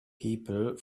people